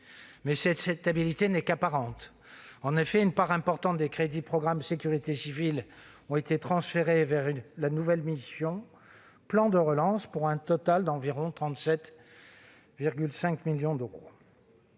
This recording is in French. cette stabilité n'est qu'apparente. En effet, une part importante des crédits du programme 161, « Sécurité civile » a été transférée vers la mission « Plan de relance », pour un total d'environ 37,5 millions d'euros.